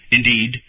Indeed